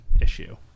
issue—